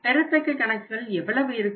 பெறத்தக்க கணக்குகள் எவ்வளவு இருக்கும்